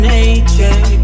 Nature